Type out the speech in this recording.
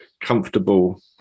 comfortable